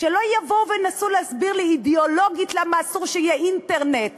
שלא יבואו וינסו להסביר לי אידיאולוגית למה אסור שיהיה אינטרנט